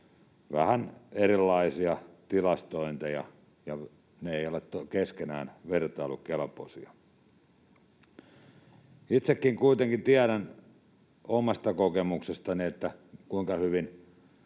vähän erilaisia tilastointeja ja ne eivät ole keskenään vertailukelpoisia? Itsekin kuitenkin tiedän omasta kokemuksestani, kuinka hyvin